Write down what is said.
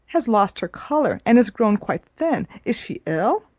has lost her colour, and is grown quite thin. is she ill?